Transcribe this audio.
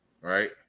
right